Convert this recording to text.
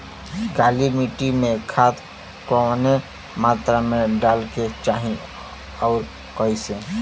काली मिट्टी में खाद कवने मात्रा में डाले के चाही अउर कइसे?